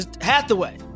Hathaway